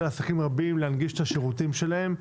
לעסקים רבים להנגיש את השירותים שלהם.